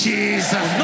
Jesus